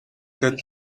гээд